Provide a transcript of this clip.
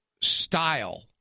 style